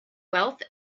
wealth